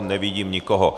Nevidím nikoho.